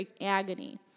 agony